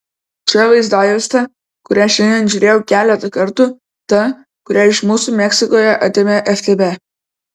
čia vaizdajuostė kurią šiandien žiūrėjau keletą kartų ta kurią iš mūsų meksikoje atėmė ftb